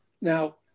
now